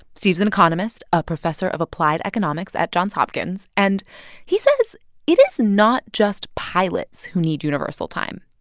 steve's an economist, a professor of applied economics at johns hopkins. and he says it is not just pilots who need universal time.